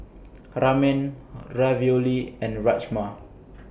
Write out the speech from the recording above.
Ramen Ravioli and Rajma